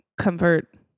comfort